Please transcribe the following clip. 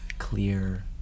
clear